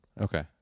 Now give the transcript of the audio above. Okay